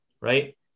Right